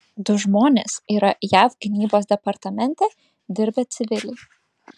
du žmonės yra jav gynybos departamente dirbę civiliai